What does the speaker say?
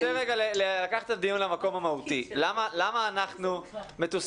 אני רוצה לקחת את הדיון למקום המהותי ולומר למה אנחנו מתוסכלים.